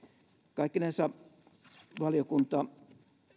kaikkinensa valiokunta